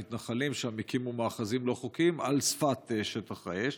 המתנחלים שם הקימו מאחזים לא חוקיים על שפת שטח האש.